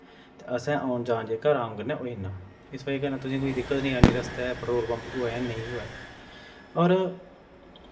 ते असें औन जान जेह्का राम कन्नै होई जाना इस बज़ा कन्नै तुसें कोई दिक्कत नी आनी रस्तै पटरोल पम्प होऐ नेंई होऐ और